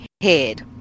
head